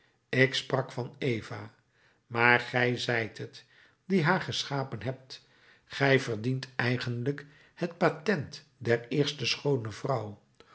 ik sprak van eva maar gij zijt het die haar geschapen hebt gij verdient eigenlijk het patent der eerste schoone vrouw